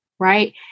right